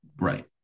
right